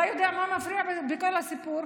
אתה יודע מה מפריע בכל הסיפור?